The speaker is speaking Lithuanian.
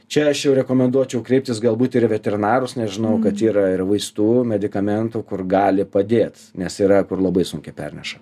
čia aš jau rekomenduočiau kreiptis galbūt ir į veterinarus žinau kad yra ir vaistų medikamentų kur gali padėt nes yra kur labai sunkiai perneša